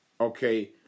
okay